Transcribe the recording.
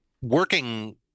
working